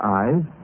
eyes